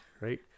right